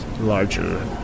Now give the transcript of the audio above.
larger